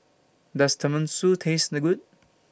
Does Tenmusu Taste Good